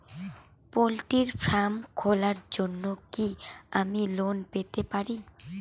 Poultry farm খোলার জন্য কি আমি লোন পেতে পারি?